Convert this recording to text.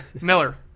Miller